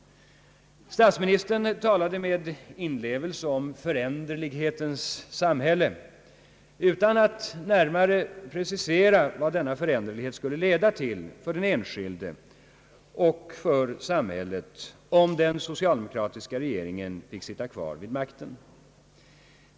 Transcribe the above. Statsministern talade med inlevelse om »föränderlighetens samhälle» utan att närmare precisera vad denna föränderlighet skulle leda till för den enskilde och för samhället, om den socialdemokratiska regeringen fick sitta kvar vid makten.